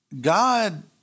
God